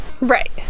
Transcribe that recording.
Right